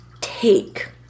take